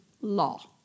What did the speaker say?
law